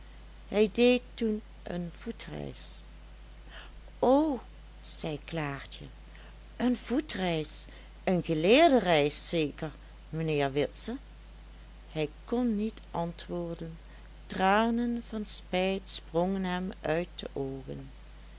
hij deed toen een voetreis o zei klaartje een voetreis een geleerde reis zeker mijnheer witse hij kon niet antwoorden tranen van spijt sprongen hem uit de oogen